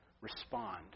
respond